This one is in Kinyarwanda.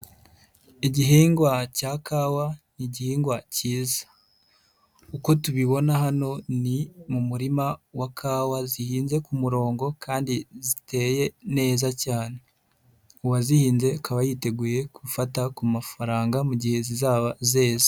Igihingwa cya kawa ni igihingwa cyiza, uko tubibona hano ni mu murima wa kawa zihinze ku murongo kandi ziteye neza cyane, uwazihinze akaba yiteguye gufata ku mafaranga mu gihe zizaba zeze.